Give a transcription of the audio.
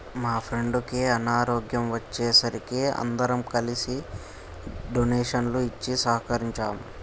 మా ఫ్రెండుకి అనారోగ్యం వచ్చే సరికి అందరం కలిసి డొనేషన్లు ఇచ్చి సహకరించాం